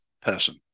person